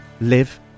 live